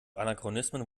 anachronismen